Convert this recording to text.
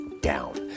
down